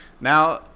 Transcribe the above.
Now